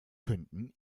könnten